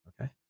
Okay